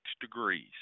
degrees